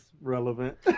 relevant